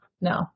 no